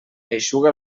eixuga